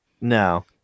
No